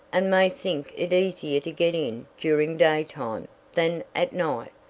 and may think it easier to get in during daytime than at night.